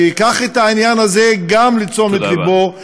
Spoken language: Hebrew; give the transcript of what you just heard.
שייקח גם את העניין הזה לתשומת לבו,